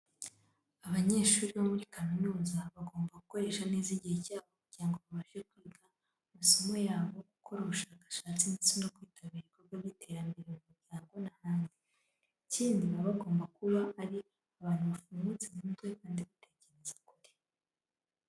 Abanyeshuri ba kaminuza bagomba gukoresha neza igihe cyabo kugira ngo babashe kwiga amasomo yabo, gukora ubushakashatsi ndetse no kwitabira ibikorwa by'iterambere mu muryango n'ahandi. Ikindi baba bagomba kuba ari abantu bafungutse mu mutwe kandi batekereza kure.